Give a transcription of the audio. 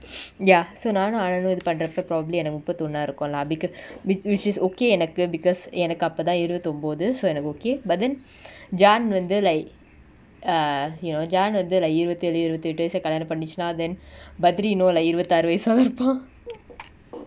ya so நானு அண்ணனு இது பண்ரப்ப:naanu annanu ithu panrapa probably எனக்கு முப்பதியொன்னா இருக்கு:enaku muppathiyonna iruku lah because which this is okay எனக்கு:enaku because எனக்கு அப்பதா இருவதியொம்பது:enaku apatha iruvathiyombathu so எனக்கு:enaku okay but then john வந்து:vanthu like err you know john வந்து:vanthu lah இருவதிஏலு இருவதிஎட்டு வயசுல கலியானோ பண்ணிச்சுனா:iruvathiyelu iruvathiettu vayasula kaliyano pannichuna then bathri know lah இருவதாறு வயசா இருப்பா:iruvatharu vayasa irupa